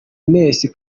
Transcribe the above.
ines